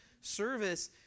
service